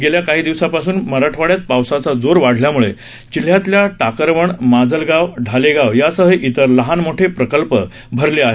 गेल्या काही दिवसांपासून मराठवाड्यात पावसाचा जोर वाढल्यामुळे जिल्ह्यातल्या टाकरवण माजलगाव ढालेगाव यासह इतर लहान मोठे प्रकल्प भरले आहेत